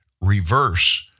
reverse